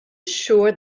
sure